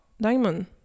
Diamond